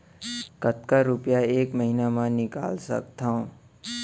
कतका रुपिया एक महीना म निकाल सकथव?